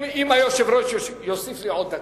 אם היושב-ראש יוסיף לי עוד דקה.